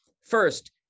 first